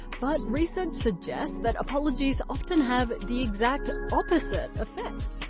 but research suggests that apologies often have the exact opposite effect.